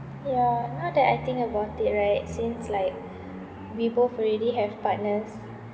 ya now that I think about it right since like we both already have partners